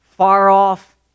far-off